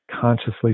consciously